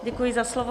Děkuji za slovo.